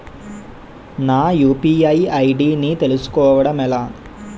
నా UPI ID ని తెలుసుకోవడం ఎలా?